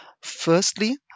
Firstly